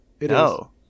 No